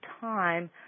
time